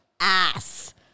ass